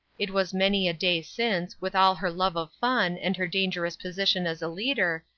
it was many a day since, with all her love of fun, and her dangerous position as a leader,